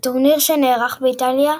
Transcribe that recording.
הטורניר, שנערך באיטליה,